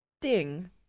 Ding